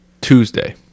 tuesday